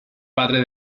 padre